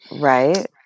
Right